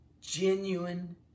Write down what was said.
Genuine